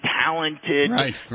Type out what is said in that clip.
talented